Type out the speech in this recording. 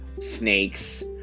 snakes